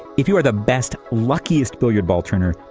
if you are the best, luckiest billiard ball turner,